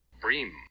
Bream